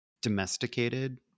domesticated